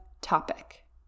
topic